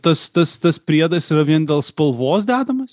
tas tas tas priedas yra vien dėl spalvos dedamas